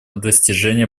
достижение